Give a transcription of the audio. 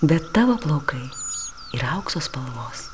bet tavo plaukai yra aukso spalvos